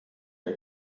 der